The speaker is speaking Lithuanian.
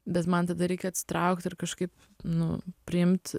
bet man tada reikia atsitraukti ir kažkaip nu priimt